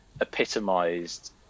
epitomised